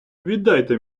віддайте